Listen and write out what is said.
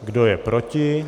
Kdo je proti?